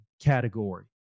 category